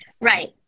right